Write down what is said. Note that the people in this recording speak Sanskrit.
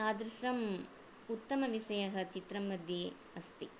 तादृशम् उत्तमविषयः चित्रं मध्ये अस्ति